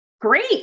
Great